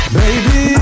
baby